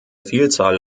vielzahl